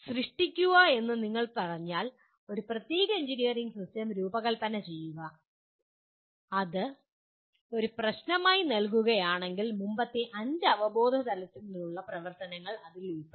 സൃഷ്ടിക്കുക എന്ന് നിങ്ങൾ പറഞ്ഞാൽ ഒരു പ്രത്യേക എഞ്ചിനീയറിംഗ് സിസ്റ്റം രൂപകൽപ്പന ചെയ്യുക നിങ്ങൾ അത് ഒരു പ്രശ്നമായി നൽകുകയാണെങ്കിൽ മുമ്പത്തെ അഞ്ച് അവബോധതലങ്ങളിൽ നിന്നുള്ള പ്രവർത്തനങ്ങൾ ഇതിൽ ഉൾപ്പെടാം